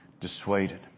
dissuaded